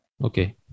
Okay